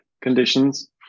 conditions